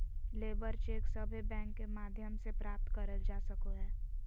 labour cheque सभे bank के माध्यम से प्राप्त करल जा सको हय